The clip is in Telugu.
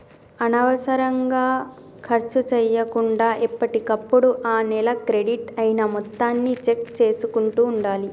అనవసరంగా ఖర్చు చేయకుండా ఎప్పటికప్పుడు ఆ నెల క్రెడిట్ అయిన మొత్తాన్ని చెక్ చేసుకుంటూ ఉండాలి